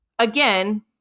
Again